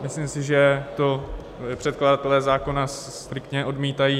Myslím si, že to předkladatelé zákona striktně odmítají.